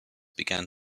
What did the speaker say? began